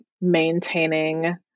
maintaining